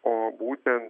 o būtent